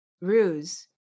ruse